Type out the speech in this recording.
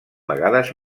vegades